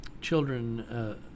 children